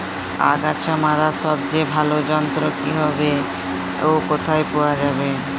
আগাছা মারার সবচেয়ে ভালো যন্ত্র কি হবে ও কোথায় পাওয়া যাবে?